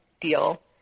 deal